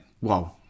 wow